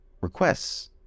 requests